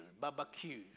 barbecue